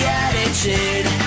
attitude